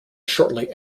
shortly